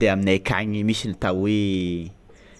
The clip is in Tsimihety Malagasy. Aminay ankagny misy le atao hoe